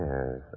Yes